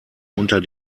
unter